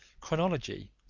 chronology,